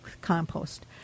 compost